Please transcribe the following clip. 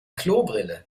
klobrille